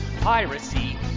piracy